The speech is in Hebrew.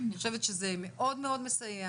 אני חושבת שזה מאוד מאוד מסייע